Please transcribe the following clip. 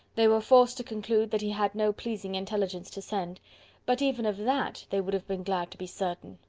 they were forced to conclude that he had no pleasing intelligence to send but even of that they would have been glad to be certain.